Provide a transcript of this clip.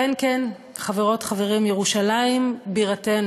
כן, כן, חברות, חברים, ירושלים בירתנו.